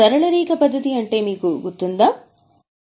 సరళ రేఖ పద్ధతి అంటే మీకు గుర్తుందా